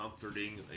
comforting